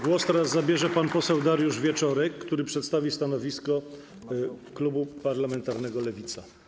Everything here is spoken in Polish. Głos zabierze pan poseł Dariusz Wieczorek, który przedstawi stanowisko klubu parlamentarnego Lewica.